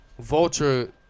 Vulture